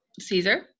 Caesar